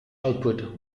output